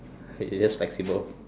you just flexible